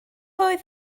oedd